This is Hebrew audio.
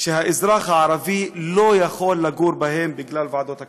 שהאזרח הערבי לא יכול לגור בהם בגלל ועדות הקבלה.